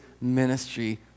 ministry